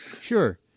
sure